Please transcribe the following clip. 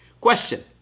Question